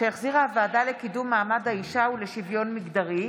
שהחזירה הוועדה לקידום מעמד האישה ולשוויון מגדרי.